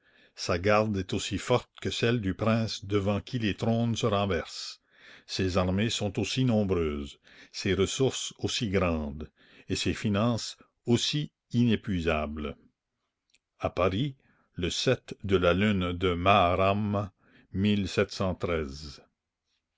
sa garde est aussi forte que celle du prince devant qui les trônes se renversent ses armées sont aussi nombreuses ses ressources aussi grandes et ses finances aussi inépuisables à paris le de la lune de maharram